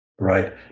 right